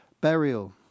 burial